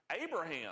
Abraham